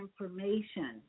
information